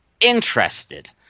interested